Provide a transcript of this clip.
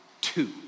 two